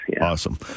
Awesome